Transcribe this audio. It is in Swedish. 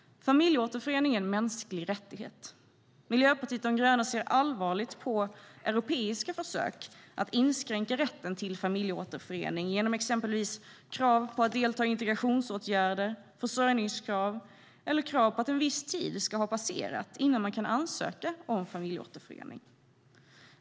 Familjeåterförening är en mänsklig rättighet. Miljöpartiet de gröna ser allvarligt på europeiska försök att inskränka rätten till familjeåterförening genom exempelvis krav på att delta i integrationsåtgärder, försörjningskrav eller krav på att en viss tid ska ha passerat innan man kan ansöka om familjeåterförening.